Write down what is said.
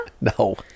No